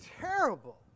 terrible